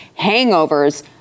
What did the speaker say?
hangovers